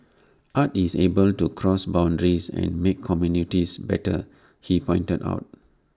art is able to cross boundaries and make communities better he pointed out